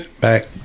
back